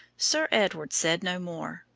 sir edward said no more,